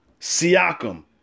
Siakam